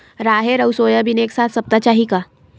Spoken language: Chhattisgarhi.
राहेर अउ सोयाबीन एक साथ सप्ता चाही का?